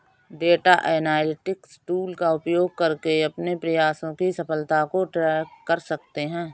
data analytics tool का उपयोग करके अपने प्रयासों की सफलता को ट्रैक कर सकते है